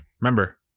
Remember